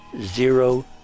zero